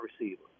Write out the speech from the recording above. receiver